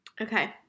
Okay